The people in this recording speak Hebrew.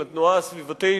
לתנועה הסביבתית,